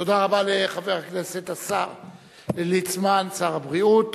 תודה רבה לחבר הכנסת השר ליצמן, שר הבריאות.